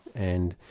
and